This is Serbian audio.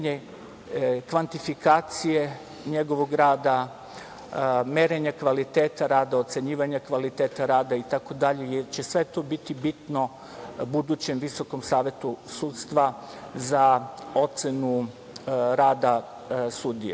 kvantifikacije njegovog rada, merenja kvaliteta rada, ocenjivanja kvaliteta rada i tako dalje jer će sve to biti bitno budućem Visokom savetu sudstva za ocenu rada